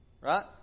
right